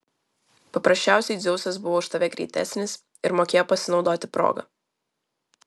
paprasčiausiai dzeusas buvo už tave greitesnis ir mokėjo pasinaudoti proga